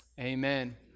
Amen